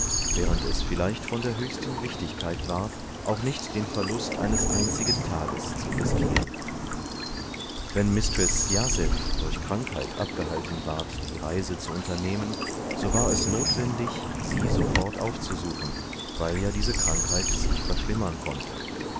während es vielleicht von der höchsten wichtigkeit war auch nicht den verlust eines einzigen tages zu riskieren wennmistreßjazephdurchkrankheitabgehaltenward diereisezuunternehmen so war es notwendig sie sofort aufzusuchen weil ja diese krankheit sich verschlimmern konnte